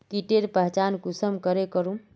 कीटेर पहचान कुंसम करे करूम?